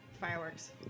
fireworks